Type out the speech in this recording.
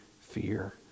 fear